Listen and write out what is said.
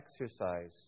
exercise